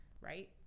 Right